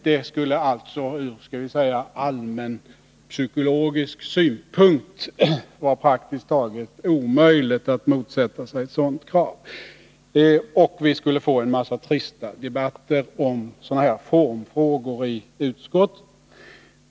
Det skulle alltså ur allmänpsykologisk synpunkt vara praktiskt taget omöjligt att motsätta sig ett sådant krav, och vi skulle få en mängd trista debatter i utskotten om sådana här frågor.